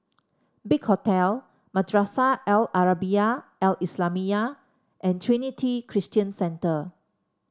Big Hotel Madrasah Al Arabiah Al Islamiah and Trinity Christian Centre